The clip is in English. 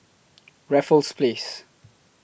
Raffles Place